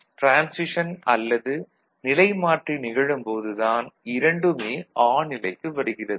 transition அல்லது நிலைமாற்றி நிகழும் போது தான் இரண்டுமே ஆன் நிலைக்கு வருகிறது